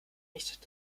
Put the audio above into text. nicht